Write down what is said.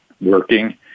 working